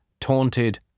taunted